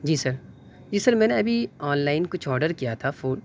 جی sir جی sir میں نے ابھی آنلائن کچھ آڈر کیا تھا فوڈ